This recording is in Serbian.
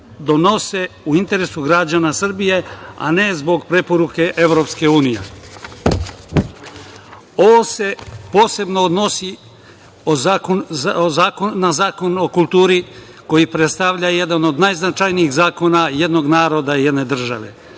donose u interesu građana Srbije, a ne zbog preporuke EU.Ovo se posebno odnosi na Zakon o kulturi, koji predstavlja jedan od najznačajnijih zakona jednog naroda i jedne države. Svima